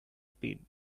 speed